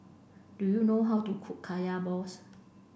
do you know how to cook kaya balls